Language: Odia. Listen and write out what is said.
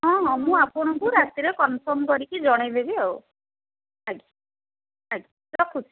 ହଁ ହଁ ମୁଁ ଆପଣଙ୍କୁ ରାତିରେ କନଫର୍ମ କରିକି ଜଣାଇଦେବି ଆଉ ଆଜ୍ଞା ଆଜ୍ଞା ରଖୁଛି